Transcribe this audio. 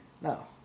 No